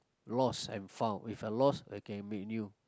lost and found If I lost okay I make new